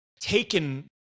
taken